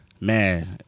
man